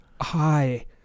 Hi